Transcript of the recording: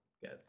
Good